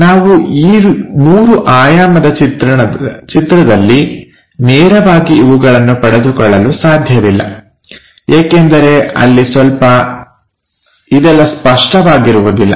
ನಾವು ಈ ಮೂರು ಆಯಾಮದ ಚಿತ್ರದಲ್ಲಿ ನೇರವಾಗಿ ಇವುಗಳನ್ನು ಪಡೆದುಕೊಳ್ಳಲು ಸಾಧ್ಯವಿಲ್ಲ ಏಕೆಂದರೆ ಅಲ್ಲಿ ಸ್ವಲ್ಪ ಇದೆಲ್ಲ ಸ್ಪಷ್ಟವಾಗಿರುವುದಿಲ್ಲ